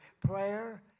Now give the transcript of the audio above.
prayer